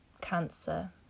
cancer